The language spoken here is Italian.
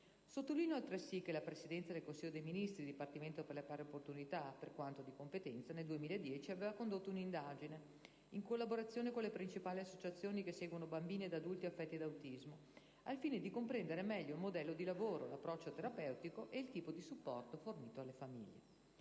Sottolineo altresì che la Presidenza del Consiglio dei ministri, Dipartimento per le pari opportunità, per quanto di competenza, nel 2010 ha condotto un'indagine in collaborazione con le principali associazioni che seguono bambini ed adulti affetti da autismo al fine di comprenderne meglio il modello di lavoro, l'approccio terapeutico e il tipo di supporto fornito alle famiglie.